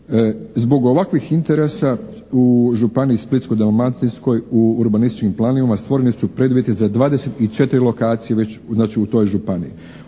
Zbog ovakvih interesa u županiji Splitsko-Dalmacijskoj, u urbanističkim planovima stvoreni su preduvjeti za 24 lokacije već, znači u toj županiji.